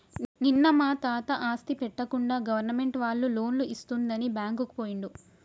నిన్న మా తాత ఆస్తి పెట్టకుండా గవర్నమెంట్ వాళ్ళు లోన్లు ఇస్తుందని బ్యాంకుకు పోయిండు